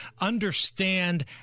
understand